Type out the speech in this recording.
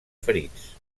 ferits